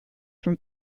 from